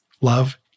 love